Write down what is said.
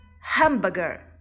Hamburger